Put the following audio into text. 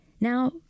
Now